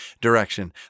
direction